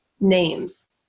names